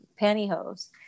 pantyhose